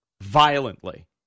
violently